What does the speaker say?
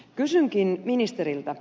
kysynkin ministeriltä